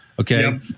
Okay